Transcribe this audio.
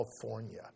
California